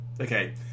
Okay